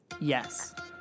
Yes